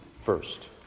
first